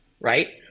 right